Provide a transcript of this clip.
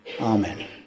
Amen